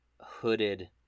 hooded